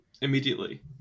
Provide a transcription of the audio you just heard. immediately